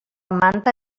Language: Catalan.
manta